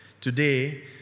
Today